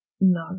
No